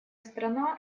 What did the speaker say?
страна